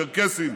צ'רקסים,